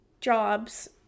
jobs